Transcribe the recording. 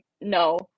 no